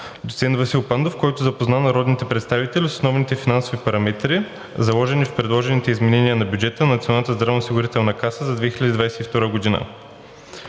доцент Васил Пандов, който запозна народните представители с основните финансови параметри, заложени в предложените изменения на бюджета на Националната здравноосигурителна каса за 2022 г.